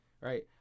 right